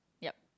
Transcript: yup